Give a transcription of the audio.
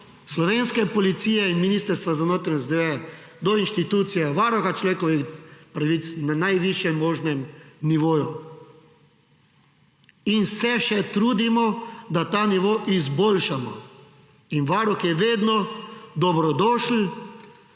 slovenske policije in Ministrstva za notranje zadeve do institucije Varuha človekovih pravic na najvišjem možnem nivoju in se še trudimo, da ta nivo izboljšamo. Varuh je vedno dobrodošel